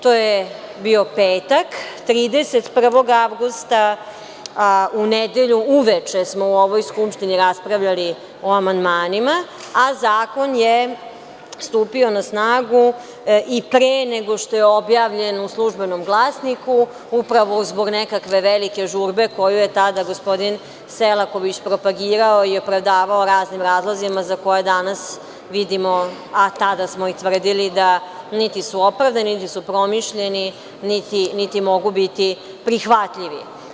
To je bio petak, 31. avgusta, u nedelju uveče smo u ovoj skupštini raspravljali o amandmanima, a zakon je stupio na snagu i pre nego što je objavljen u „Službenom glasniku“, upravo zbog nekakve velike žurbe koju je tada gospodin Selaković iz propagirao i opravdavao raznim razlozima za koje danas vidimo, a tada smo i tvrdili da niti su opravdani, niti su promišljeni, niti mogu biti prihvatljivi.